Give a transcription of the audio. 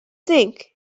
think